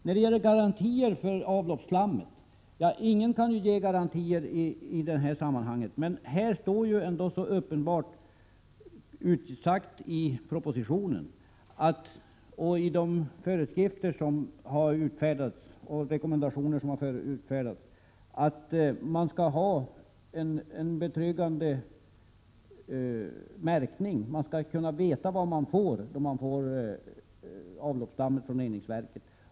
När det gäller garantier för avloppsslammets ofarlighet vill jag säga att ingen ju kan ge garantier i det sammanhanget. Det står emellertid klart utsagt i propositionen och i de rekommendationer och föreskrifter som har utfärdats att det skall finnas en betryggande märkning. Man skall kunna veta vad man får då man tar emot avloppsslam från reningsverken.